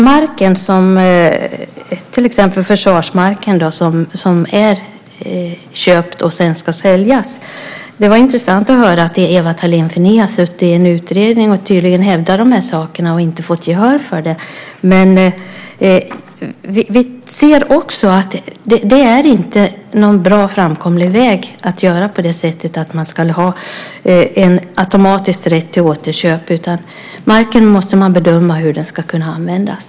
Sedan gällde det den försvarsmark som är inköpt och sedan ska säljas. Det var intressant att höra att Ewa Thalén Finné har suttit i en utredning och tydligen hävdat de här sakerna och inte fått gehör för dem. Vi anser inte att det är en bra och framkomlig väg att ha en automatisk rätt till återköp. Man måste bedöma hur marken ska kunna användas.